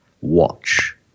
watch